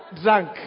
drunk